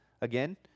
again